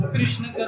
Krishna